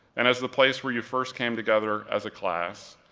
and as the place where you first came together as a class,